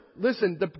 listen